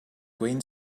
green